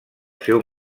seu